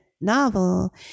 novel